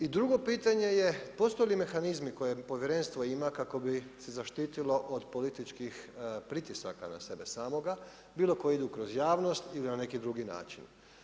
I drugo pitanje je, postoje li mehanizmi koje povjerenstvo ima kako bi se zaštitilo od političkih pritisaka na sebe samoga, bilo koji idu kroz javnost ili na neki drugi način.